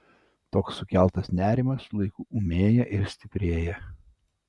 toks sukeltas nerimas su laiku ūmėja ir stiprėja